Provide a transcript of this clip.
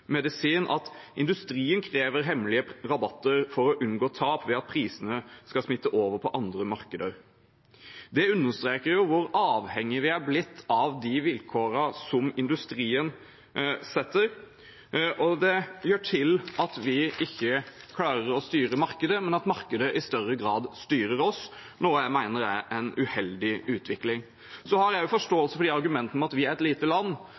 Medisin at industrien krever hemmelige rabatter for å unngå tap ved at prisene skal smitte over på andre markeder. Det understreker hvor avhengige vi er blitt av de vilkårene som industrien setter, og det gjør at vi ikke klarer å styre markedet, men at markedet i større grad styrer oss, noe jeg mener er en uheldig utvikling. Jeg har også forståelse for argumentene om at vi er et lite land,